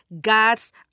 God's